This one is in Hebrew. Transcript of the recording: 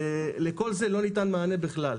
לכל זה לא ניתן מענה בכלל.